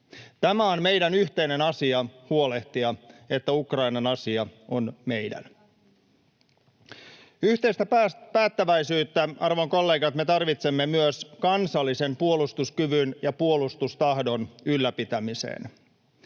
Tämä on meidän yhteinen asia, huolehtia, että Ukrainan asia on meidän. Yhteistä päättäväisyyttä, arvon kollegat, me tarvitsemme myös kansallisen puolustuskyvyn ja puolustustahdon ylläpitämiseen.